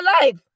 life